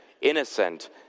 innocent